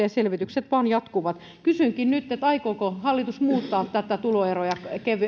ja selvitykset vain jatkuvat kysynkin nyt aikooko hallitus muuttaa tätä